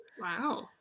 Wow